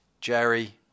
Jerry